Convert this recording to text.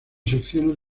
secciones